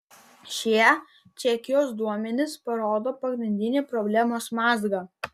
šie čekijos duomenys parodo pagrindinį problemos mazgą